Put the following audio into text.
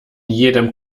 jedem